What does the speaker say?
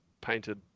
painted